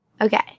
Okay